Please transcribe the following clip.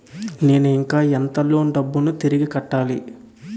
నేను ఇంకా ఎంత లోన్ డబ్బును తిరిగి కట్టాలి?